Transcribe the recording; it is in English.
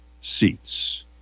seats